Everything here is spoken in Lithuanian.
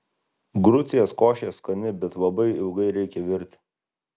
grucės košė skani bet labai ilgai reikia virti